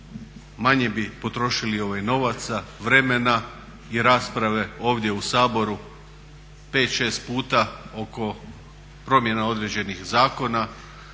manje bi potrošili novaca, vremena i rasprave ovdje u Saboru, 5, 6 puta oko promjena određenih zakona